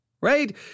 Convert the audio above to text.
right